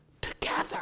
together